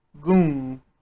goon